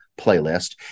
playlist